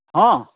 ᱦᱮᱸ